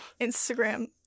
Instagram